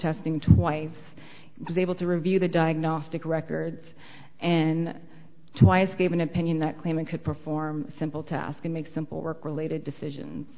testing twice they able to review the diagnostic records and twice gave an opinion that claimant could perform simple task and make simple work related decisions